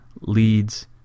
leads